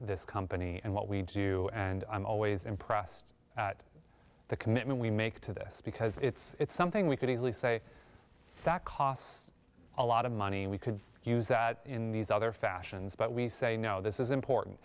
this company and what we do and i'm always impressed at the commitment we make to this because it's something we could easily say that costs a lot of money and we could use that in these other fashions but we say no this is important